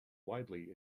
widely